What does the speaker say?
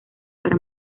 para